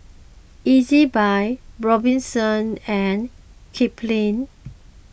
Ezbuy Robinson and Kipling